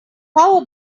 how